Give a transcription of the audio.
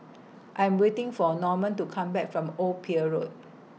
I Am waiting For Norman to Come Back from Old Pier Road